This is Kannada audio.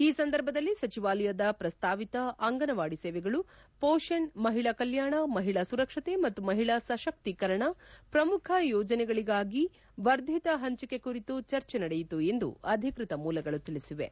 ಈ ಸಂದರ್ಭದಲ್ಲಿ ಸಚಿವಾಲಯದ ಪ್ರಸ್ತಾವಿತ ಅಂಗನವಾಡಿ ಸೇವೆಗಳು ಪೋಷಣ್ ಮಹಿಳಾ ಕಲ್ಕಾಣ ಮಹಿಳಾ ಸುರಕ್ಷತೆ ಮತ್ತು ಮಹಿಳಾ ಸಶಕ್ತಿಕರಣ ಪ್ರಮುಖ ಯೋಜನೆಗಳಿಗಾಗಿ ವರ್ಧಿತ ಹಂಚಿಕೆ ಕುರಿತು ಚರ್ಚೆ ನಡೆಯಿತು ಎಂದು ಅಧಿಕೃತ ಮೂಲಗಳು ತಿಳಿಸಿವೆ